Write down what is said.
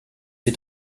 sie